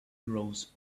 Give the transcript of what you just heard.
grows